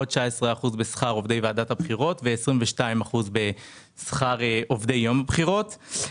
עוד 19% בשכר עובדי ועדת הבחירות ו-22% בשכר עובדי יום בחירות.